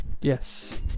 yes